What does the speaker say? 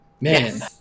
Man